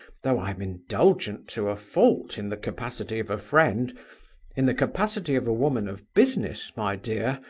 though i am indulgent to a fault in the capacity of a friend in the capacity of a woman of business, my dear,